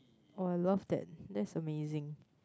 oh I love that that's amazing